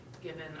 given